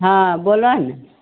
हँ बोलो ने